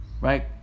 right